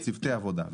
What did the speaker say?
הגעה של צוותי העבודה,